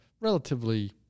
relatively